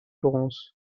florence